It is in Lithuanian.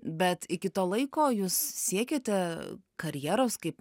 bet iki to laiko jūs siekiate karjeros kaip